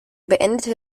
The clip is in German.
beendete